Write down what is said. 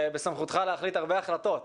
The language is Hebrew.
בסמכותך להחליט הרבה החלטות,